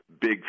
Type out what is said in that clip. big